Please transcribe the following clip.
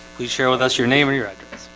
please share with us your name or your address?